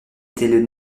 étaient